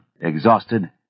exhausted